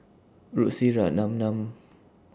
Lucy Ratnammah